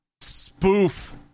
spoof